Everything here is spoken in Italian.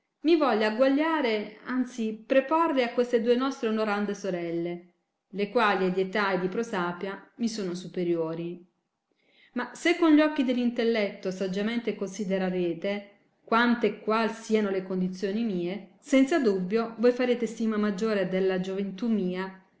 mi voglia agguagliare anzi preporre a queste due nostre onorande sorelle le quali e di età e di prosapia mi sono superiori ma se con gli occhi dell intelletto saggiamente considerarete quante e qual siano le condizioni mie senza dubbio voi farete stima maggiore della gioventù mia